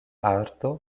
arto